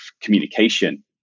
communication